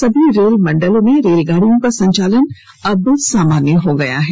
सभी रेल मंडलों में रेलगाड़ियों का संचालन अब सामान्य हो गया है